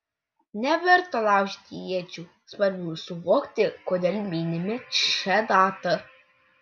neverta laužyti iečių svarbu suvokti kodėl minime šią datą